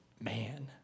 man